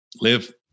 live